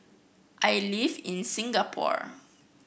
I live in Singapore